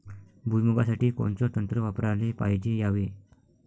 भुइमुगा साठी कोनचं तंत्र वापराले पायजे यावे?